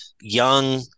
young